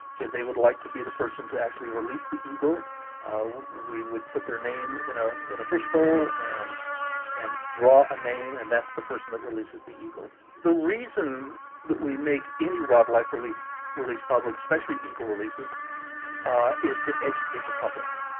if they would like to be the person to actually release the eagle we would put their name in ah in a fishbowl and and draw a name and that's the person that releases the eagle the reason that we make any wildlife release release public especially eagle releases is the educate the public